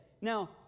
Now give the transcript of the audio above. Now